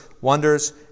wonders